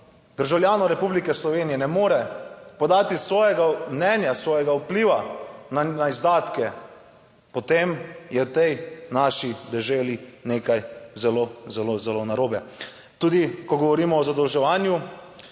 državljanov Republike Slovenije ne more podati svojega mnenja, svojega vpliva na izdatke, potem je v tej naši deželi nekaj zelo, zelo zelo narobe. Tudi ko govorimo o zadolževanju